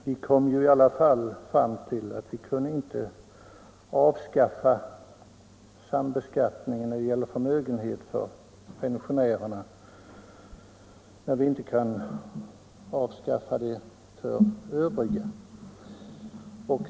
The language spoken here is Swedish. Vi kom emellertid fram till att man inte kunde avskaffa sambeskattningen av förmögenhet för folkpensionärerna när man inte kunde avskaffa den för övriga.